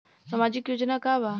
सामाजिक योजना का बा?